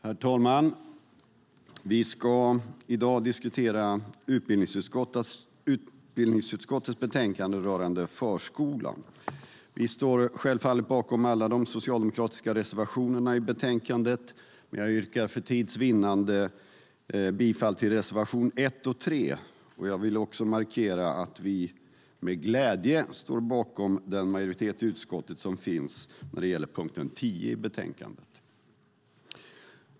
Herr talman! Vi ska i dag diskutera utbildningsutskottets betänkande rörande förskolan. Vi står självfallet bakom alla de socialdemokratiska reservationerna i betänkandet, men jag yrkar för tids vinnande bifall endast till reservationerna 1 och 3. Jag vill också markera att vi med glädje står bakom den majoritet i utskottet som finns när det gäller punkt 10 i betänkandet.